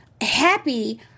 Happy